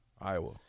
Iowa